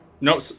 No